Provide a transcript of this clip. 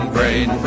Brain